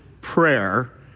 prayer